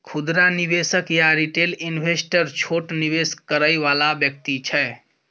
खुदरा निवेशक या रिटेल इन्वेस्टर छोट निवेश करइ वाला व्यक्ति छै